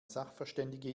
sachverständige